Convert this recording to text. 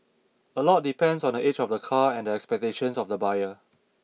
a lot depends on the age of the car and the expectations of the buyer